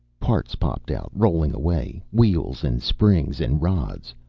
parts popped out, rolling away, wheels and springs and rods.